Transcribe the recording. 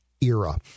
era